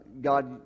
God